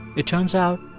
it turns out,